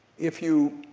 if you